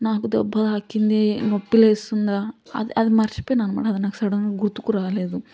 నాకు దెబ్బ తాకింది నొప్పి లేస్తుందా అది అది మర్చిపోయినా అనమాట అది నాకు సడెన్గా గుర్తుకు రాలేదు